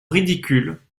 ridicule